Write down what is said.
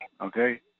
okay